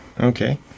Okay